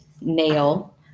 nail